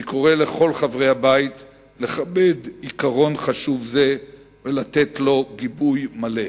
אני קורא לכל חברי הבית לכבד עיקרון חשוב זה ולתת לו גיבוי מלא.